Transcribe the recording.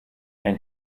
and